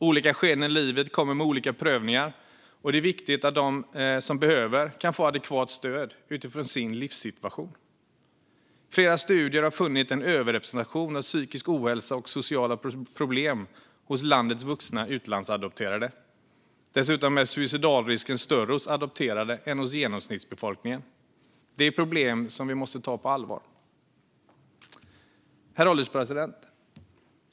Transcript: Olika skeden i livet har olika prövningar, och det är viktigt att de som så behöver kan få adekvat stöd utifrån sin livssituation. Flera studier har funnit en överrepresentation av psykisk ohälsa och sociala problem hos landets vuxna utlandsadopterade. Dessutom är suicidalrisken större hos adopterade än hos genomsnittsbefolkningen. Det är problem som måste tas på allvar. Herr ålderspresident!